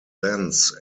lens